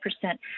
percent